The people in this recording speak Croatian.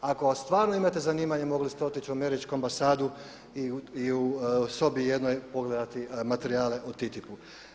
Ako stvarno imate zanimanjem mogli ste otići u Američku ambasadu i u sobi jednoj pogledati materijale o TTIP-u.